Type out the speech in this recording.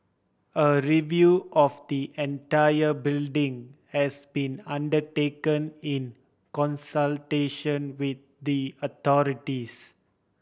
a review of the entire building has been undertaken in consultation with the authorities